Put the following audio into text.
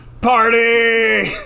Party